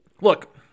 look